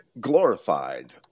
glorified